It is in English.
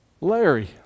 Larry